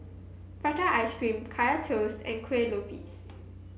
Prata Ice Cream Kaya Toast and Kueh Lopes